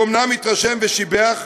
הוא אומנם התרשם ושיבח,